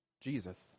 Jesus